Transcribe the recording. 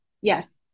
Yes